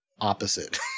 opposite